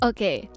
Okay